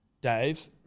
Dave